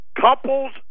Couples